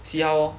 see how lor